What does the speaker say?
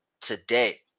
today